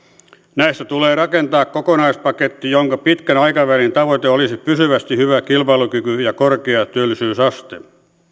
näistä tulee rakentaa kokonaispaketti jonka pitkän aikavälin tavoite olisi pysyvästi hyvä kilpailukyky ja korkea työllisyysaste